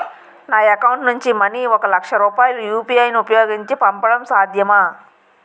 నా అకౌంట్ నుంచి మనీ ఒక లక్ష రూపాయలు యు.పి.ఐ ను ఉపయోగించి పంపడం సాధ్యమా?